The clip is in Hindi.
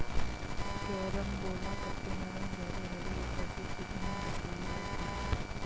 कैरम्बोला पत्ते नरम गहरे हरे ऊपर से चिकने और ढके हुए होते हैं